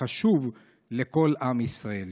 שחשוב לכל עם ישראל.